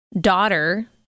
daughter